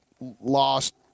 lost